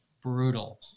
brutal